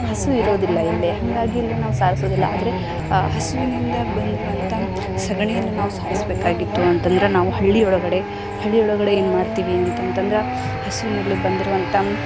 ಹಸು ಇರೋದಿಲ್ಲ ಇಲ್ಲಿ ಹಾಗಾಗಿ ಇಲ್ಲಿ ನಾವು ಸಾರ್ಸೋದಿಲ್ಲ ಆದರೆ ಹಸುವಿನಿಂದ ಬಂದಿರುವಂಥ ಸೆಗಣಿಯನ್ನು ನಾವು ಸಾರಿಸಬೇಕಾಗಿತ್ತು ಅಂತಂದ್ರೆ ನಾವು ಹಳ್ಳಿ ಒಳಗಡೆ ಹಳ್ಳಿ ಒಳಗಡೆ ಏನು ಮಾಡ್ತೀವಿ ಅಂತಂತಂದ್ರೆ ಹಸುವಿನಲ್ಲಿ ಬಂದಿರುವಂಥ